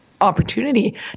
opportunity